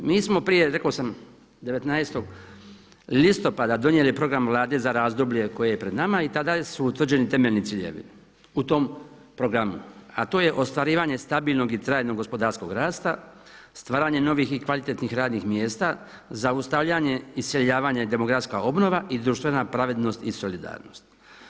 Mi smo prije rekao sam 19. listopada donijeli program Vlade za razdoblje koje je pred nama i tada su utvrđeni temeljni ciljevi u tom programu, a to je ostvarivanje stabilnog i trajnog gospodarskog rasta, stvaranje novih i kvalitetnih radnih mjesta, zaustavljanje, iseljavanje, demografska obnova i društvena pravednost i solidarnost.